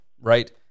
right